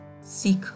seek